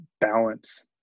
balance